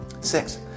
Six